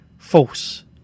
false